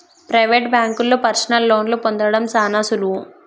private బాంకుల్లో personal లోన్లు పొందడం సాన సులువు